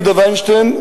יהודה וינשטיין,